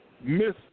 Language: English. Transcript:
Miss